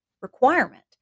requirement